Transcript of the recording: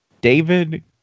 David